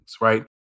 Right